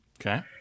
Okay